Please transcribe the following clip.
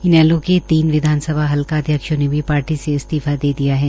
इनैलो के तीन विधानसभा हल्का अध्यक्षों ने भी पार्टी से इस्तीफा दे दिया है